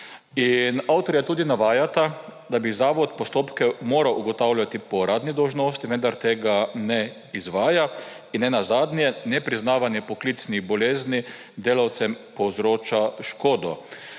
Avtorja tudi navajata, da bi zavod postopke moral ugotavljati po uradni dolžnosti, vendar tega ne izvaja, in ne nazadnje nepriznavanje poklicnih bolezni delavcem povzroča škodo,